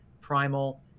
Primal